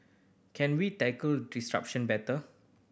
can we tackle disruption better